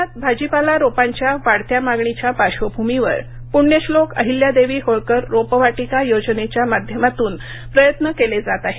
राज्यात भाजीपाला रोपांच्या वाढत्या मागणीच्या पार्श्वभूमीवर पुण्यश्लोक अहिल्यादेवी होळकर रोपवाटीका योजनेच्या माध्यमातून प्रयत्न केले जात आहेत